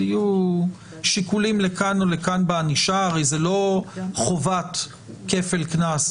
יהיו שיקולים לכאן ולכאן בענישה הרי זה לא חובת כפל קנס,